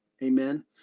Amen